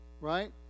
right